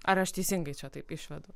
ar aš teisingai čia taip išvedu